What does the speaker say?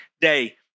day